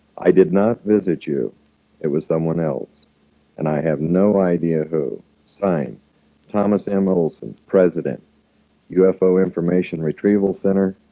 i did not visit you it was someone else and i have no idea who signed thomas m olsen, president ufo information retrieval center,